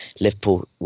Liverpool